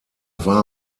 war